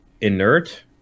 inert